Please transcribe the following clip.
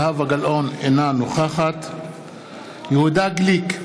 אינה נוכחת יהודה גליק,